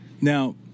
Now